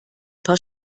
paar